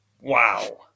Wow